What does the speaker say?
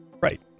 right